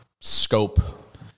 scope